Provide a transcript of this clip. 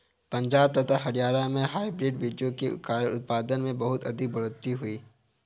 पंजाब तथा हरियाणा में हाइब्रिड बीजों के कारण उत्पादन में बहुत अधिक बढ़ोतरी हुई